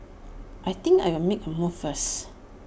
I think I'll make A move first